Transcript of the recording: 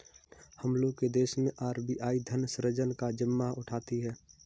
हम लोग के देश मैं आर.बी.आई धन सृजन का जिम्मा उठाती है